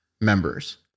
members